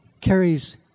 carries